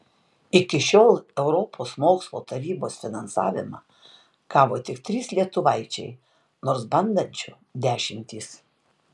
iki šiol europos mokslo tarybos finansavimą gavo tik trys lietuvaičiai nors bandančių dešimtys